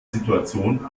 situation